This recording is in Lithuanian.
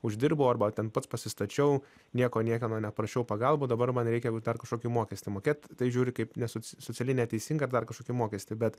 uždirbau arba ten pats pasistačiau nieko niekieno neprašiau pagalbų dabar man reikia dar kažkokį mokestį mokėt tai žiūri kaip nes socialiai neteisingą ar dar kažkokį mokestį bet